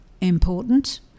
important